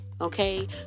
okay